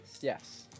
Yes